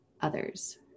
others